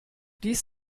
dies